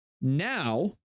now